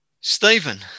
Stephen